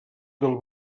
del